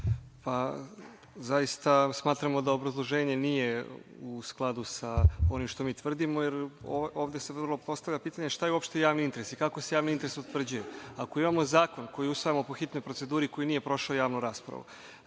Zaista smatramo da obrazloženje nije u skladu sa onim što mi tvrdimo, jer ovde se prvo postavlja pitanje šta je uopšte javni interes i kako se javni interes utvrđuje. Ako imamo zakon koji usvajamo po hitnoj proceduri koji nije prošao javnu raspravu,